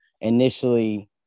initially